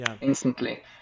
instantly